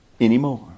anymore